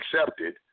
accepted